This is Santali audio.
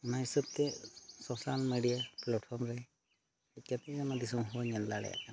ᱚᱱᱟ ᱦᱤᱥᱟᱹᱵᱽᱛᱮ ᱥᱳᱥᱟᱞ ᱢᱤᱰᱤᱭᱟ ᱯᱞᱟᱴᱯᱷᱚᱨᱢᱨᱮ ᱫᱤᱥᱚᱢᱦᱚᱸᱵᱚ ᱧᱮᱞ ᱫᱟᱲᱣᱭᱟᱜ ᱠᱟᱱᱟ